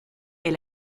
est